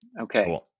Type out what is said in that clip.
Okay